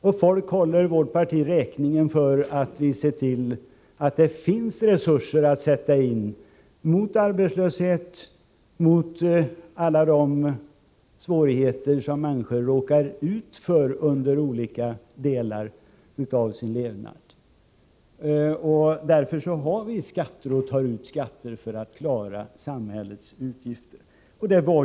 Och folk håller vårt parti räkning för att vi ser till att det finns resurser att sätta in — mot arbetslöshet och mot alla andra svårigheter som människor kan råka ut för under olika delar av sin levnad. Därför har vi skatter — vi tar ut skatter för att klara samhällets utgifter för detta.